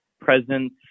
presence